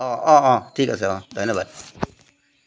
অ' অ' ঠিক আছে অ' ধন্যবাদ